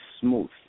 smooth